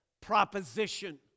proposition